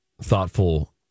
thoughtful